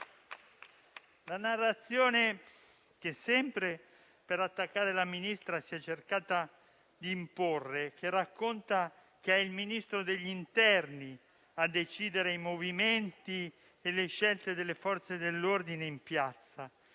La narrazione che, sempre per attaccare la Ministra, si è cercato di imporre e che racconta che è il Ministro dell'interno a decidere i movimenti e le scelte delle Forze dell'ordine in piazza,